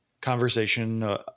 conversation